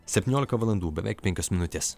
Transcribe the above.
septyniolika valandų beveik penkios minutės